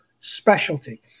specialty